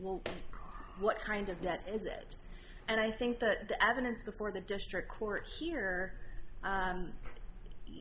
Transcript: well what kind of that is it and i think that the evidence before the district court here